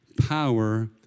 power